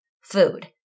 Food